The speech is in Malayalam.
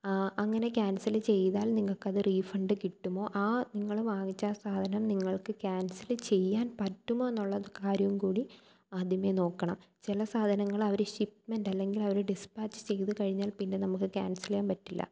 ആ അങ്ങനെ ക്യാൻസൽ ചെയ്താൽ നിങ്ങൾക്കത് റീഫണ്ട് കിട്ടുമോ ആ നിങ്ങൾ വാങ്ങിച്ച ആ സാധനം നിങ്ങൾക്ക് ക്യാൻസൽ ചെയ്യാൻ പറ്റുമോ എന്നുള്ള കാര്യം കൂടി ആദ്യമേ നോക്കണം ചില സാധനങ്ങളവർ ഷിപ്മെൻ്റ് അല്ലെങ്കിൽ ഡിസ്പാച്ച് ചെയ്തുകഴിഞ്ഞാൽ പിന്നെ നമുക്ക് ക്യാൻസൽ ചെയ്യാൻ പറ്റില്ല